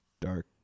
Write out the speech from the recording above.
dark